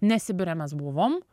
ne sibire mes buvom